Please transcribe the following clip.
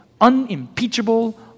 unimpeachable